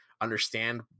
understand